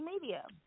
media